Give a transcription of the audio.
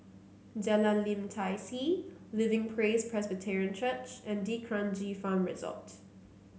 Jalan Lim Tai See Living Praise Presbyterian Church and D'Kranji Farm Resort